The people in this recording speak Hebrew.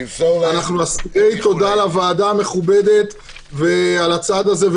אנחנו אסירי תודה לוועדה המכובדת על הצעד הזה.